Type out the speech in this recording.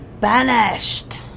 banished